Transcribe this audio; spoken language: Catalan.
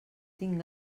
tinc